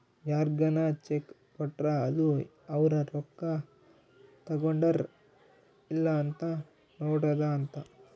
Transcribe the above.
ಯಾರ್ಗನ ಚೆಕ್ ಕೊಟ್ರ ಅದು ಅವ್ರ ರೊಕ್ಕ ತಗೊಂಡರ್ ಇಲ್ಲ ಅಂತ ನೋಡೋದ ಅಂತ